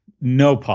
No